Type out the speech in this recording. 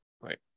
Right